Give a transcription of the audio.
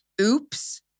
oops